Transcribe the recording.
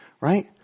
Right